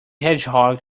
hedgehog